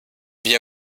wir